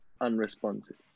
unresponsive